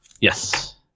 Yes